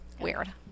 Weird